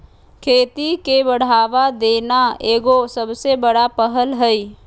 खेती के बढ़ावा देना एगो सबसे बड़ा पहल हइ